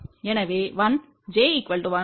எனவே 1 j 1 அதனால் I 1 k 2 ஆகும்